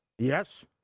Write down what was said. Yes